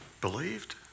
believed